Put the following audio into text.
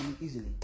easily